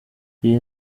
iyi